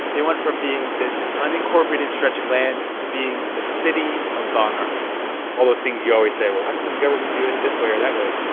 they went from being this unincorporated stretch of land to being the city of von ormy all those things you always say well, why doesn't the government do it this way or that way?